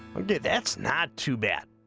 that's not too bad